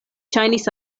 ŝajnis